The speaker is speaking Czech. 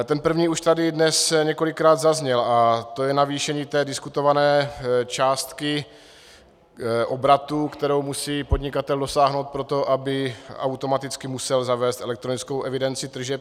Ten první už tady dnes několikrát zazněl, je to navýšení té diskutované částky obratu, kterou musí podnikatel dosáhnout proto, aby automaticky musel zavést elektronickou evidenci tržeb.